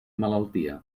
malaltia